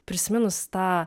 prisiminus tą